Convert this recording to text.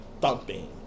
thumping